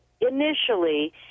initially